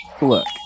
look